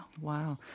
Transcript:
wow